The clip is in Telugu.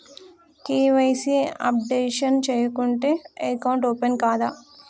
కే.వై.సీ అప్డేషన్ చేయకుంటే అకౌంట్ ఓపెన్ కాదా?